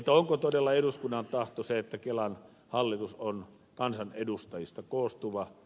onko todella eduskunnan tahto se että kelan hallitus on kansanedustajista koostuva